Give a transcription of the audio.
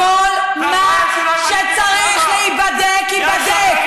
כל מה שצריך להיבדק ייבדק.